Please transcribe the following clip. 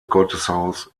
gotteshaus